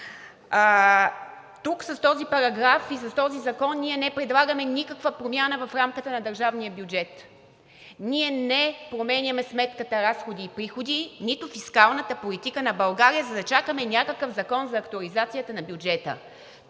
Тук с този параграф и с този закон ние не предлагаме никаква промяна в рамката на държавния бюджет. Ние не променяме сметката – разходи и приходи, нито фискалната политика на България, за да чакаме някакъв закон за актуализацията на бюджета.